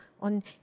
on